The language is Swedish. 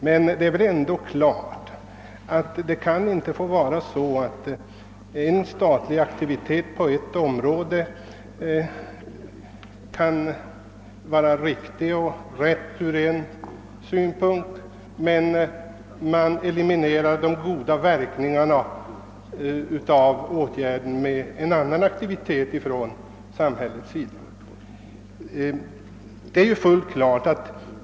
Det står emellertid ändå klart att en statlig aktivitet på ett område, där den är riktig och befogad och haft goda verkningar, inte bör få dessa verkningar eliminerade av en annan aktivitet från samhället.